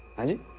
i won't